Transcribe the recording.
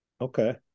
Okay